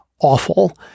awful